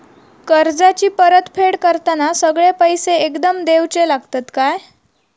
कर्जाची परत फेड करताना सगळे पैसे एकदम देवचे लागतत काय?